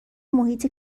محیط